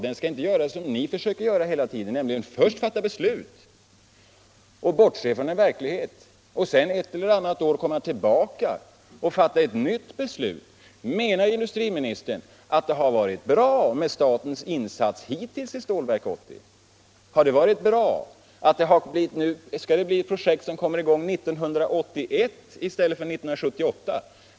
Den skall inte göra som socialdemokraterna försöker göra hela tiden — först fatta beslut och bortse från verkligheten och sedan efter ett eller annat år fatta ett nytt beslut. Menar industriministern att det har varit bra med statens insats hittills i Stålverk 80? Det blir ett projekt som kommer i gång 1981 i stället för 1978.